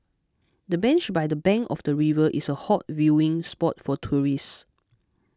the bench by the bank of the river is a hot viewing spot for tourists